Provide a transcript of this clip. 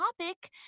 topic